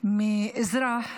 מאזרח